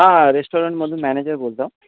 हा रेस्टॉरंटमधून मॅनेजर बोलतो